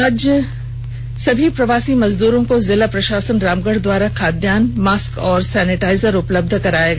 आज सभी प्रवासी मजदूरों को जिला प्रशासन रामगढ़ द्वारा खादयान मास्क और सैनिटाइजर उपलब्ध कराया गया